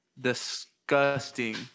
Disgusting